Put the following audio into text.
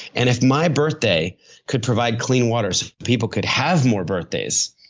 and if my birthday could provide clean water so people could have more birthdays,